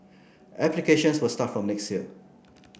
applications will start from next year